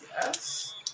Yes